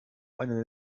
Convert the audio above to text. eine